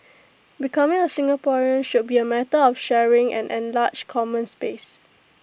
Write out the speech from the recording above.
becoming A Singaporean should be A matter of sharing an enlarged common space